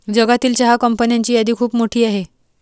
जगातील चहा कंपन्यांची यादी खूप मोठी आहे